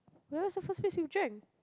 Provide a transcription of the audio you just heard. where the first place you drank